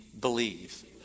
believe